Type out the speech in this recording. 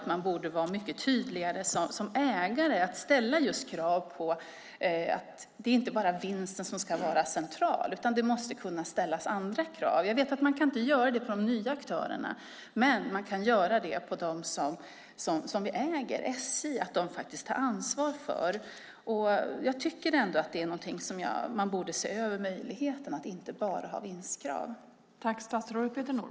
Man borde vara tydligare som ägare att ställa krav på att det inte bara är vinsten som ska vara central. Det måste ställas andra krav. Jag vet att det inte går att ställa dessa krav på de nya aktörerna, men det går att ställa dessa krav på de aktörer vi äger, SJ, det vill säga ta ansvar. Här borde möjligheten att inte bara ha vinstkrav ses över.